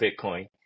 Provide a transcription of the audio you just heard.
Bitcoin